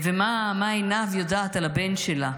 מה עינב יודעת על הבן שלה?